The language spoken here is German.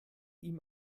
ihm